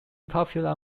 popular